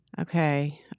Okay